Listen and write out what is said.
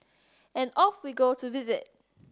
and off we go to visit